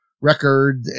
record